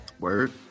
Word